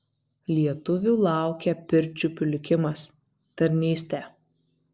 lietuvių laukė pirčiupių likimas tarnystė